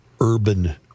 urban